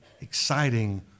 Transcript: exciting